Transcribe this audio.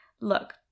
Look